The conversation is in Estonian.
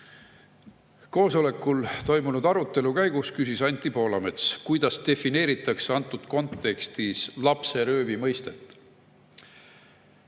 Koosolekul toimunud arutelu käigus küsis Anti Poolamets, kuidas defineeritakse antud kontekstis lapseröövi mõistet.